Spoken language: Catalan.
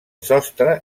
sostre